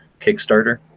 kickstarter